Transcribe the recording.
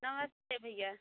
नमस्ते भैया